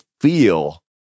feel